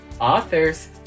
authors